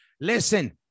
Listen